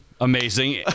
Amazing